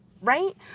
Right